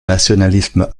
nationalisme